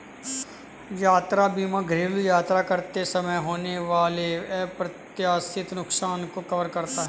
यात्रा बीमा घरेलू यात्रा करते समय होने वाले अप्रत्याशित नुकसान को कवर करता है